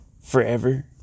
forever